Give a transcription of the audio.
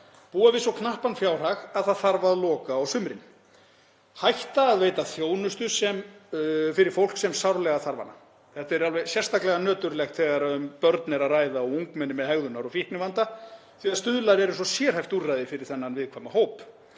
búa við svo knappan fjárhag, að það þarf að loka á sumrin, hætta að veita þjónustu fyrir fólk sem sárlega þarf hana. Þetta er alveg sérstaklega nöturlegt þegar um börn er að ræða, ungmenni með hegðunar- og fíknivanda, því að Stuðlar eru svo sérhæft úrræði fyrir þennan viðkvæma hóp.